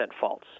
false